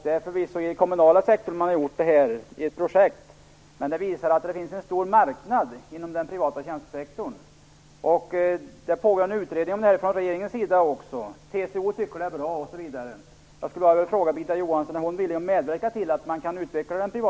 Det är förvisso i den kommunala sektorn man drivit detta projekt, men det visar att det finns en stor marknad inom den privata tjänstesektorn. Det pågår en utredning om detta från regeringens sida. TCO tycker att det är bra.